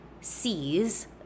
Cs